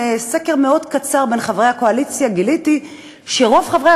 מסקר מאוד קצר בין חברי הקואליציה גיליתי שרוב חברי